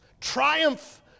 triumph